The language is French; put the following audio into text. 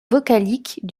vocaliques